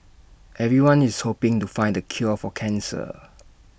everyone is hoping to find the cure for cancer